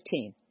2015